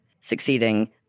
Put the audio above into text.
succeeding